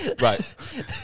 right